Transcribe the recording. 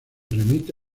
remite